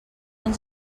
ens